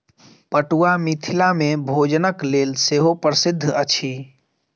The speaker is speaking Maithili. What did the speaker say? पटुआ मिथिला मे भोजनक लेल सेहो प्रसिद्ध अछि